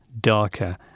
darker